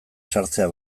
sartzea